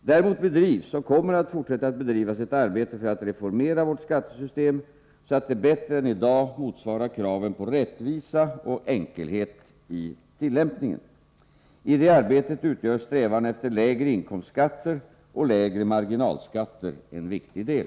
Däremot bedrivs — och kommer att fortsätta att bedrivas — ett arbete för att reformera vårt skattesystem, så att det bättre än i dag motsvarar kraven på rättvisa och enkelhet i tillämpningen. I detta arbete utgör strävan efter lägre inkomstskatter och lägre marginalskatter en viktig del.